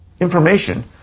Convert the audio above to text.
information